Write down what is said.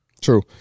True